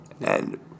and-